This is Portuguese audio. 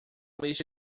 lista